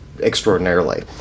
extraordinarily